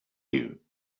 you